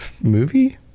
movie